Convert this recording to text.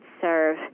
serve